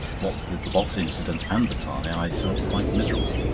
what with the box incident and the tie, i felt quite miserable.